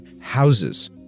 houses